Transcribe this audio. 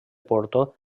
porto